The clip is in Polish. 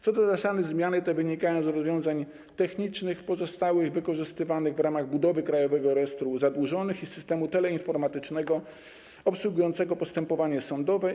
Co do zasady zmiany te wynikają z rozwiązań technicznych pozostałych, wykorzystywanych w ramach budowy Krajowego Rejestru Zadłużonych i systemu teleinformatycznego obsługującego postępowanie sądowe.